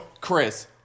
Chris